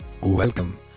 Welcome